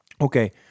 Okay